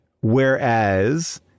whereas